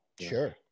Sure